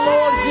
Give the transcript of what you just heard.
Lord